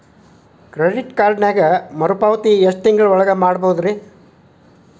Credit ಕಾರ್ಡಿನಲ್ಲಿ ಮರುಪಾವತಿ ಎಷ್ಟು ತಿಂಗಳ ಒಳಗ ಮಾಡಬಹುದ್ರಿ?